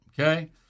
Okay